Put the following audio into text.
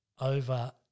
over